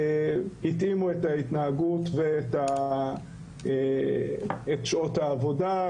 התאימו את ההתנהגות ואת שעות העבודה,